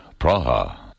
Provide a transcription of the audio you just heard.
Praha